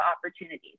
opportunities